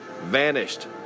vanished